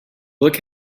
look